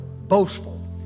boastful